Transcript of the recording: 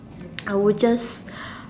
I would just